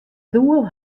doel